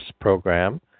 program